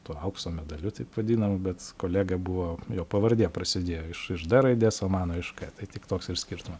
tuo aukso medaliu taip vadinamu bet kolega buvo jo pavardė prasidėjo iš iš d raidės o mano iš k tai tik toks ir skirtumas